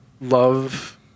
love